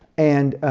and